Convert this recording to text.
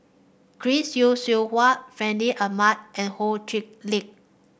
Chris Yeo Siew Hua Fandi Ahmad and Ho Chee Lick